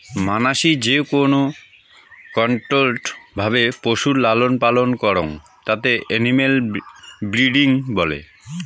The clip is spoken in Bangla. মানাসি যেকোন কন্ট্রোল্ড ভাবে পশুর লালন পালন করং তাকে এনিম্যাল ব্রিডিং বলে